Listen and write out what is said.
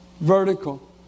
vertical